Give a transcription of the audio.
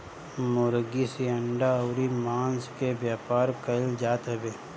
मुर्गी से अंडा अउरी मांस के व्यापार कईल जात हवे